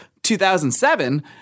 2007